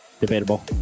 debatable